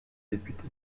député